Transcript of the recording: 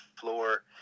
floor